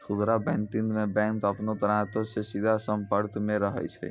खुदरा बैंकिंग मे बैंक अपनो ग्राहको से सीधा संपर्क मे रहै छै